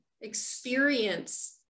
experience